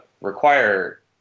require